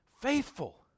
Faithful